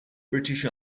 british